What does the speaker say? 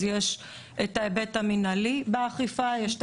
יש את ההיבט המנהלי באכיפה ויש את